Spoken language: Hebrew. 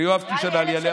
ויואב קיש ענה לי עליה.